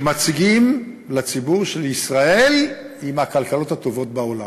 שמציגים לציבור שישראל היא מהכלכלות הטובות בעולם.